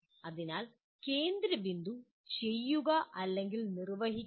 അതിനാൽ കേന്ദ്രബിന്ദു ചെയ്യുക അല്ലെങ്കിൽ നിർവഹിക്കുക